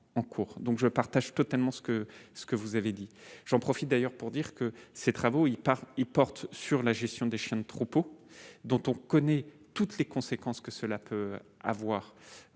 donc je partage totalement ce que ce que vous avez dit j'en profite d'ailleurs pour dire que ces travaux, il part, il porte sur la gestion des chiens de troupeaux dont on connaît toutes les conséquences que cela peut avoir